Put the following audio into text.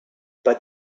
but